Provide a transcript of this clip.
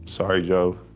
sorry, joe.